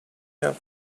help